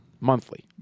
Monthly